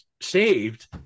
saved